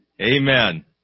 Amen